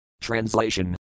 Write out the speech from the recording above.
translation